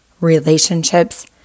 relationships